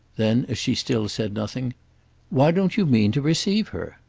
then as she still said nothing why don't you mean to receive her?